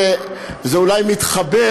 זה אולי מתחבר